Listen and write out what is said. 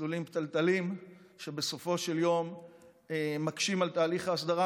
מסלולים פתלתלים שבסופו של יום מקשים על תהליך ההסדרה,